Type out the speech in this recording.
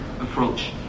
approach